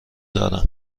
دارم